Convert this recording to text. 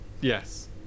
Yes